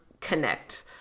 connect